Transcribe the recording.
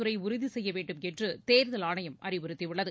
துறைஉறுதிசெய்யவேண்டும் என்றுதோதல் ஆணையம் அறிவுறுத்தியுள்ளது